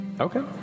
Okay